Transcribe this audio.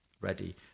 ready